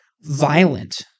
violent